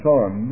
Son